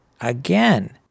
again